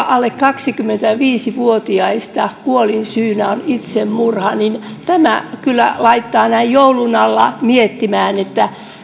alle kaksikymmentäviisi vuotiaista kuolinsyynä on itsemurha tämä kyllä laittaa näin joulun alla miettimään